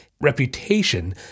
reputation